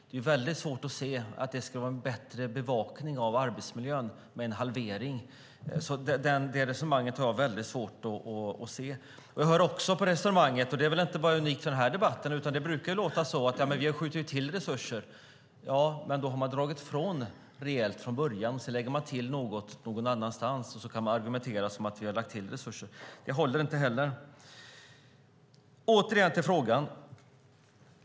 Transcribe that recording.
Det är svårt att se att det sker en bättre bevakning av arbetsmiljön med en halvering av inspektörerna. Det resonemanget har jag svårt att förstå. Det är inget unikt för denna debatt, utan det brukar i debatter låta att det skjutits till resurser. Ja, men först har man dragit ifrån rejält och sedan lägger man till något någon annanstans och kan därmed argumentera att man lagt till resurser. Det håller inte. Låt mig återgå till frågan.